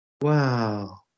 Wow